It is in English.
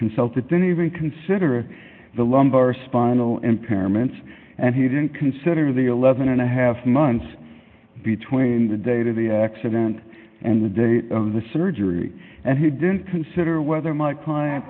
consulted didn't even consider the lumbar spine allow impairments and he didn't consider the eleven and a half months between the date of the accident and the date of the surgery and he didn't consider whether my client